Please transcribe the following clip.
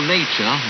Nature